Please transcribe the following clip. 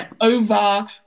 Over